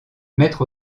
maître